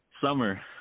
Summer